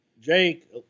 Jake